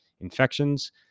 infections